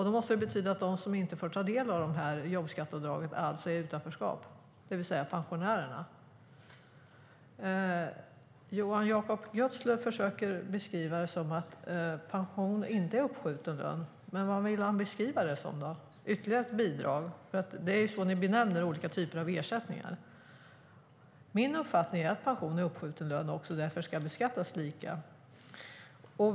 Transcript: Det måste betyda att de som inte får ta del av jobbskatteavdraget, det vill säga pensionärerna, är i utanförskap. Jonas Jacobsson Gjörtler försöker beskriva det som att pension inte är uppskjuten lön, men vad vill han då beskriva det som? Är det ytterligare ett bidrag? Det är ju så ni benämner olika typer av ersättningar. Min uppfattning är att pension är uppskjuten lön och därför ska beskattas likadant.